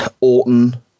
Orton